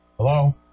Hello